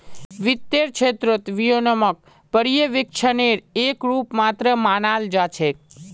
वित्तेर क्षेत्रत विनियमनक पर्यवेक्षनेर एक रूप मात्र मानाल जा छेक